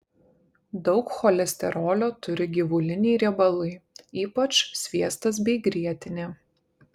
daug cholesterolio turi gyvuliniai riebalai ypač sviestas bei grietinė